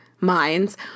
minds